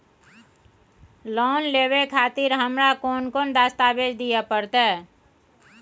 Loan लेवे खातिर हमरा कोन कौन दस्तावेज दिय परतै?